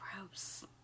Gross